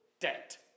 debt